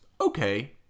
okay